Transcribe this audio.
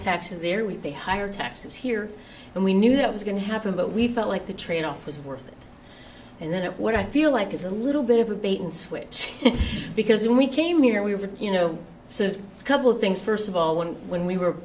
taxes there we pay higher taxes here and we knew that was going to happen but we felt like the tradeoff was worth it and then what i feel like is a little bit of a bait and switch because when we came here we were you know so a couple things first of all when when we were